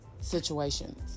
situations